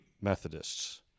Methodists